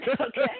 Okay